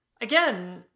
again